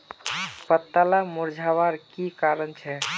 पत्ताला मुरझ्वार की कारण छे?